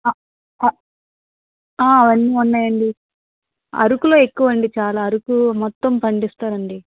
అవన్నీ ఉన్నాయండి అరకులో ఎక్కువండి చాలా అరకు మొత్తం పండిస్తారండి